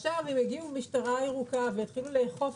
עכשיו יגיעו המשטרה הירוקה ויתחילו לאכוף